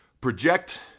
project